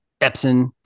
Epson